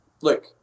look